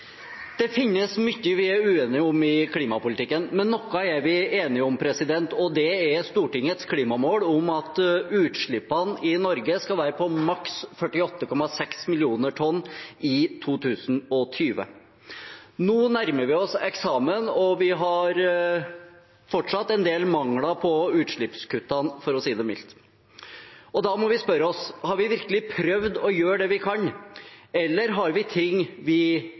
Det finnes mye vi er uenige om i klimapolitikken, men noe er vi enige om, og det er Stortingets klimamål om at utslippene i Norge skal være på maks 48,6 millioner tonn i 2020. Nå nærmer vi oss eksamen, og vi har fortsatt en del mangler på utslippskuttene, for å si det mildt. Da må vi spørre oss selv: Har vi virkelig prøvd å gjøre det vi kan, eller har vi ting vi